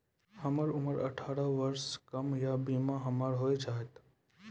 हमर उम्र अठारह वर्ष से कम या बीमा हमर हो जायत?